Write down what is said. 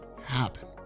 happen